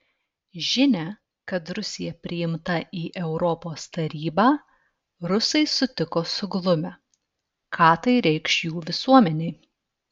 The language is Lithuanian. žinią kad rusija priimta į europos tarybą rusai sutiko suglumę ką tai reikš jų visuomenei